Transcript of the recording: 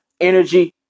energy